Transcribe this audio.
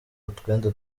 utwenda